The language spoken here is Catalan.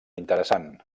interessant